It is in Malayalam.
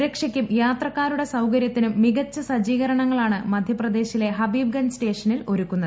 സുരക്ഷയ്ക്കും യാത്രക്കാരുടെ സൌകരൃത്തിനും മികച്ച സജ്ജീകരണങ്ങളാണ് മധ്യപ്രദേശിലെ ഹബീബ്ഗഞ്ച് സ്റ്റേഷനിൽ ഒരുക്കുന്നത്